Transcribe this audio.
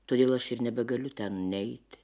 todėl aš ir nebegaliu ten neiti